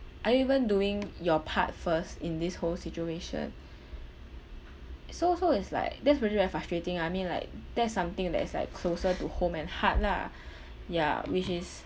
are you even doing your part first in this whole situation so so is like that's really very frustrating ah I mean like that's something that is like closer to home and heart lah ya which is